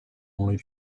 only